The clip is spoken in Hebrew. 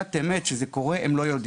בשעת אמת, כשזה קורה, הם לא יודעים.